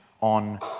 on